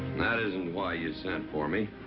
that isn't why you sent for me.